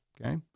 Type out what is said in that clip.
Okay